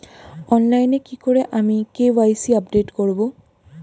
অনলাইনে কি করে আমি কে.ওয়াই.সি আপডেট করব?